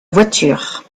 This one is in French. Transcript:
voiture